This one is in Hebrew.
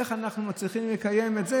איך אנחנו מצליחים לקיים את זה?